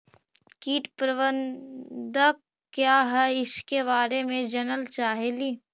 कीट प्रबनदक क्या है ईसके बारे मे जनल चाहेली?